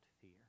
fear